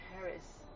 Paris